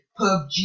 PUBG